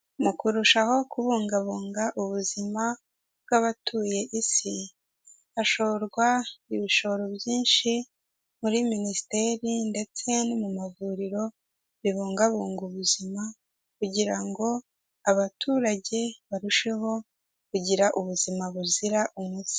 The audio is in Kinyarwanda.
Mu kurushaho kubungabunga ubuzima bw'abatuye isi, hashorwa ibishoro byinshi muri minisiteri ndetse no mu mavuriro bibungabunga ubuzima kugira ngo abaturage barusheho kugira ubuzima buzira umuze.